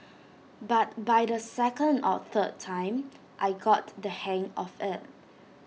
but by the second or third time I got the hang of IT